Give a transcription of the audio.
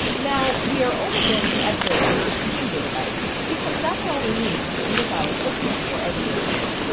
now, we are only going to upgrade to sixteen gigabytes because that's all we need to speed up our system for everyday use,